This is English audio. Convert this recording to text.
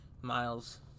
miles